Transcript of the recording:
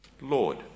Lord